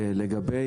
לגבי